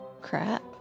Crap